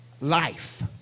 life